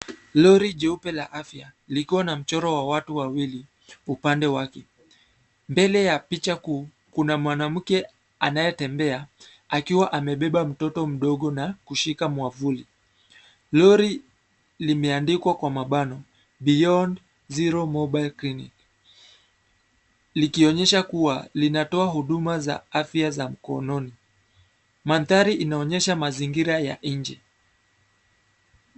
Lori jeupe la afya likiwa na mchoro wa watu wawili upande wake. Mbele ya picha kuu, kuna mwanamke anayetemebea akiwa amebeba mtoto mdogo na kushika mwavuli. Lori limeandikwa kwa mabano Beyond Zero Mobile Clinic, likionyesha kuwa linatoa huduma za afya za mkononi. Mandhari inaonyesha mazingira ya nje.